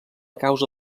causa